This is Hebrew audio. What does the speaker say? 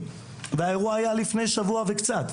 והאירוע היה לפני שבוע וקצת,